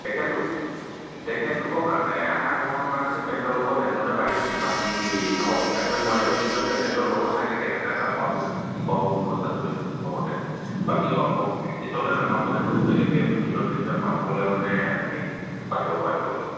তেখেতলোক তেখেতলোকৰ কাৰণে আহাৰ গ্ৰহণৰ কাৰণে পেচেণ্টৰ লগত এজনে পাৰিব বাকী সৰহকৈ হ'লে নোৱাৰিব যিজন পেচেণ্টৰ লগত থাকে তেখেতে পা পাব খোৱা বোৱা ব্যৱস্থাটো লগতে বাকী অঁ হ'লে নাপাব সেইটো বেলেগকৈ দুজন তিনিজন মানুহ গ'লে মানে আপুনি বাহিৰৰ পৰা আনিব লাগিব